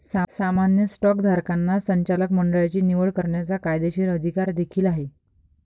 सामान्य स्टॉकधारकांना संचालक मंडळाची निवड करण्याचा कायदेशीर अधिकार देखील आहे